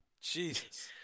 Jesus